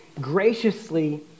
graciously